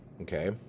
Okay